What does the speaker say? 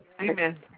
Amen